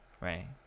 right